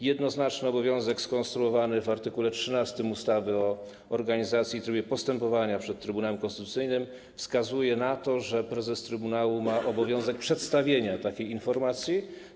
Jednoznaczny obowiązek skonstruowany w art. 13 ustawy o organizacji i trybie postępowania przed Trybunałem Konstytucyjnym wskazuje na to, że prezes trybunału ma obowiązek przedstawienia takiej informacji.